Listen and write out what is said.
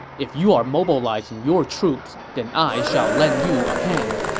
if you are mobilizing your troops, then i shall lend you a hand.